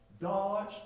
Dodge